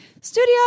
studio